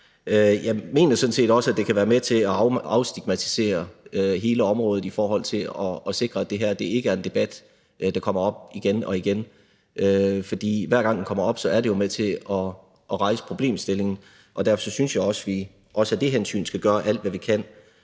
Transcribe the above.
Jeg mener sådan set også, at det kan være med til at afstigmatisere hele området i forhold til at sikre, at det her ikke er en debat, der kommer op igen og igen; for hver gang den kommer op, er det jo med til at rejse problemstillingen. Og derfor synes jeg også, at vi – også af det hensyn – skal gøre alt, hvad vi kan,